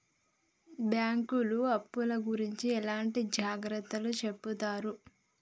బ్యాంకులు అప్పుల గురించి ఎట్లాంటి జాగ్రత్తలు చెబుతరు?